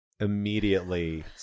Immediately